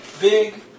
Big